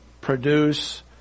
produce